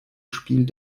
spiel